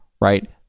right